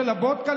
על הוודקה,